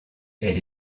elle